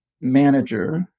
manager